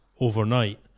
overnight